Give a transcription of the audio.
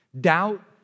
Doubt